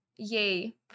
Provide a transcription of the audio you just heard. Yay